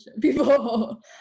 people